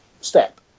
step